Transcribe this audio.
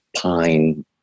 pine